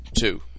Two